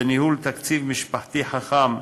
בניהול תקציב משפחתי חכם,